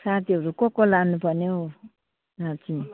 साथीहरू को को लानु पर्ने हौ साँच्ची